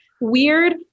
weird